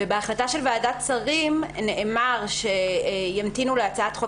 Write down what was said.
ובהחלטה של ועדת שרים נאמר שימתינו להצעת חוק